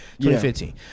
2015